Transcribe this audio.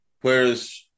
Whereas